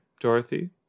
Dorothy